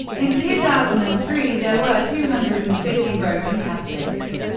in two thousand and three, there were two hundred and fifty roman catholics.